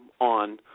on